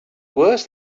worse